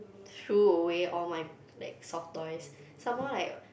threw away all my like soft toys some more like